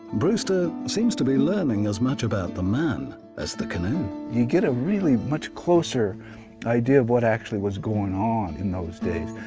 brusstar seems to be learning as much about the man as the canoe. you get a much closer idea of what actually was going on in those days,